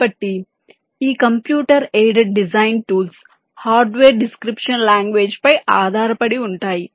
కాబట్టి ఈ computer aided design tools hardware description language పై ఆధారపడి ఉంటాయి